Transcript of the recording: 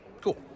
Cool